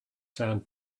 sand